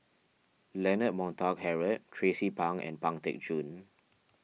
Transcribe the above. Leonard Montague Harrod Tracie Pang and Pang Teck Joon